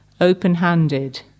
open-handed